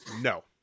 No